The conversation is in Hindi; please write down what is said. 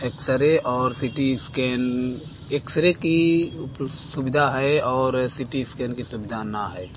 एक्स रे और C T scan x ray की उपल्स सुविधा है और सि टी इस्कैन की सुविधा ना है